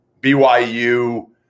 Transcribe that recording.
BYU